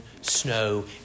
snow